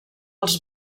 els